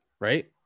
right